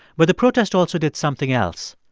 but the protest also did something else.